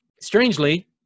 Strangely